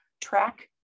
track